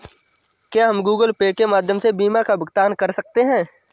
क्या हम Google Pay के माध्यम से बीमा का भुगतान कर सकते हैं?